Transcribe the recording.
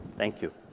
thank you.